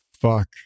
fuck